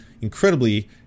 incredibly